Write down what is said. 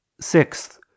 Sixth